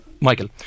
Michael